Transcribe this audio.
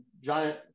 Giant